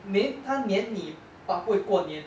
没她黏你 but 不会过黏